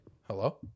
hello